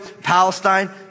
Palestine